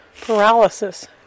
paralysis